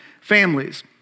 families